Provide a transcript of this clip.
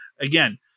again